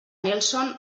nelson